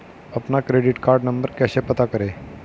अपना credit card number कैसे पता करें?